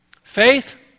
Faith